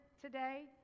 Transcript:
today